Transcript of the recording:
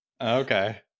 Okay